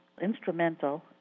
instrumental